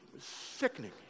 sickening